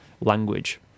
language